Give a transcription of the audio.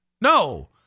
No